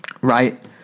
right